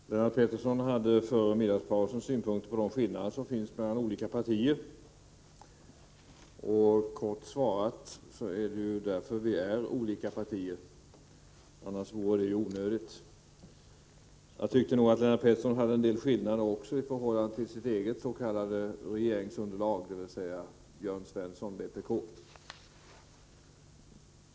Herr talman! I debatten före middagspausen anlade Lennart Pettersson vissa synpunkter på de skillnader som finns mellan våra partier. Men det är ju, kort sagt, just därför att det finns skillnader som vi har olika partier — annars vore det ju onödigt att ha flera partier. Jag tyckte mig märka en del skillnader mellan Lennart Pettersson och hans eget s.k. regeringsunderlag — dvs. Jörn Svensson, vpk.